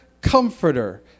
comforter